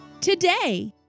today